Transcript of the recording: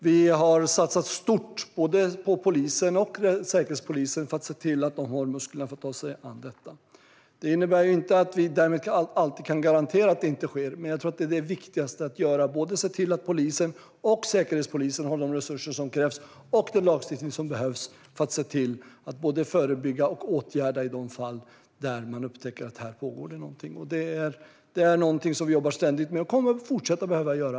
Vi har satsat stort på både polisen och Säkerhetspolisen för att se att de har musklerna för att ta sig an detta. Det innebär inte att vi därmed alltid kan garantera att det inte sker terrordåd, men jag tror att det viktigaste vi kan göra är att se till att både polisen och Säkerhetspolisen har de resurser som krävs och att vi har den lagstiftning som behövs för att förebygga och åtgärda i de fall där man upptäcker att någonting pågår. Vi jobbar ständigt med detta, och det kommer vi att fortsätta att behöva göra.